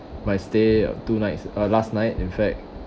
my stay of two nights uh last night in fact